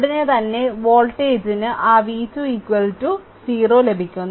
ഉടൻ തന്നെ വോൾട്ടേജിന് ആ v2 0 ലഭിക്കുന്നു